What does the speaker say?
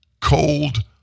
Cold